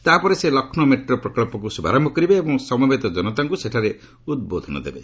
ତାହାପରେ ସେ ଲକ୍ଷ୍ରୌ ମେଟ୍ରୋ ପ୍ରକଳ୍ପକୁ ଶୁଭାରମ୍ଭ କରିବେ ଏବଂ ସମବେତ ଜନତାଙ୍କୁ ଉଦ୍ବୋଧନ ଦେବେ